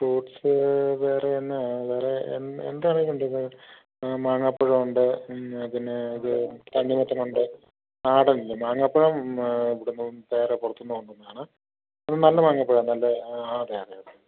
fruits വേറെ എന്താണ് വേറെ എന്താണ് വേണ്ടത് മാങ്ങ പഴമുണ്ട് പിന്നേ വേറെ തണ്ണിമത്തനുണ്ട് നാടൻ ഇല്ല മാങ്ങ പഴം ഇവിടെ നിന്ന് വേറെ പുറത്ത് നിന്ന് കൊണ്ടുവന്നതാണ് മ് നല്ല മാങ്ങ പഴം നല്ല ആ അതേ അതേ അതേ